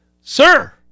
sir